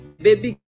baby